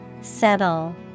Settle